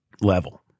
level